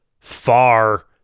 far